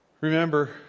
Remember